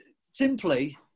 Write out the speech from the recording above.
simply